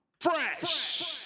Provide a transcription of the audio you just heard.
Fresh